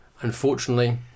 unfortunately